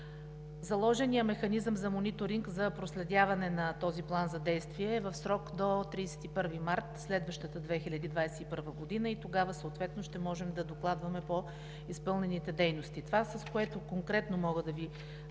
Заложеният механизъм за мониторинг за проследяване на този план за действие е в срок до 31 март следващата 2021 г. и тогава съответно ще можем да докладваме по изпълнените дейности. Това, с което конкретно мога да Ви отговоря